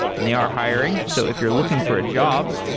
and they are hiring. so if you're looking for a job,